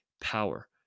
power